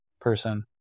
person